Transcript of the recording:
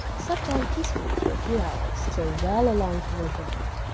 slept on peacefully for a few hours till well along toward midnight,